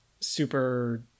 super